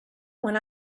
when